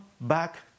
back